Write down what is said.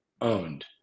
owned